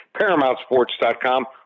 Paramountsports.com